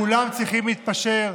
כולם צריכים להתפשר.